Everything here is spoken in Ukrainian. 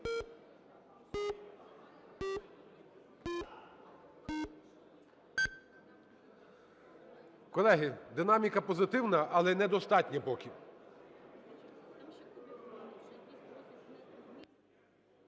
Колеги, динаміка позитивна, але недостатня поки.